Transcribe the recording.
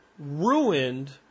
ruined